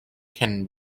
can